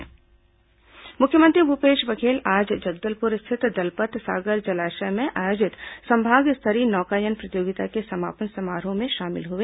मुख्यमंत्री बस्तर मुख्यमंत्री भूपेश बघेल आज जगदलपुर स्थित दलपत सागर जलाशय में आयोजित संभाग स्तरीय नौकायन प्रतियोगिता के समापन समारोह में शामिल हुए